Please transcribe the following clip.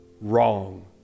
wrong